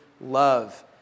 love